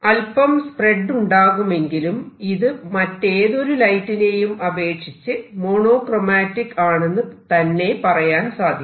അല്പം സ്പ്രെഡ് ഉണ്ടാകുമെങ്കിലും ഇത് മറ്റേതൊരു ലൈറ്റിനെയും അപേക്ഷിച്ച് മോണോക്റോമാറ്റിക് ആണെന്ന് തന്നെ പറയാൻ സാധിക്കും